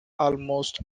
almost